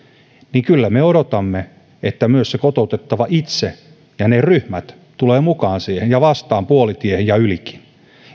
niin kyllä me odotamme että myös se kotoutettava itse ja ne ryhmät tulevat mukaan siihen ja vastaan puolitiehen ja ylikin